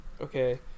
okay